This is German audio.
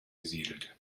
besiedelt